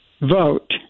vote